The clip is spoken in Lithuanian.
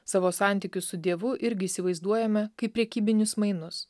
savo santykius su dievu irgi įsivaizduojame kaip prekybinius mainus